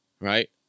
right